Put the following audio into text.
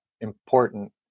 important